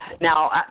now